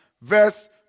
verse